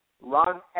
Ron